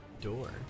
door